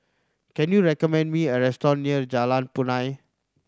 can you recommend me a restaurant near Jalan Punai